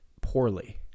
poorly